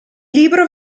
libro